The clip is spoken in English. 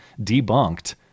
debunked